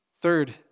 Third